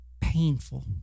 painful